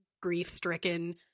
grief-stricken